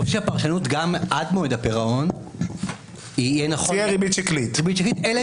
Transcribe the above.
יכול להיות שהפרשנות גם עד מועד הפירעון תהיה ריבית שקלית אלא אם